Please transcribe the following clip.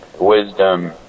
wisdom